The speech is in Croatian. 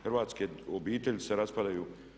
Hrvatske obitelji se raspadaju.